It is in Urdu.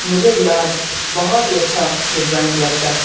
مجھے بھی آج بہت ہی اچّھا یہ ڈرائنگ لگتا ہے